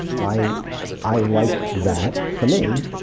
i i like that for me,